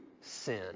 sin